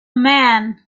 man